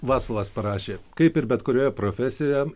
vasalas parašė kaip ir bet kurioje profesijoje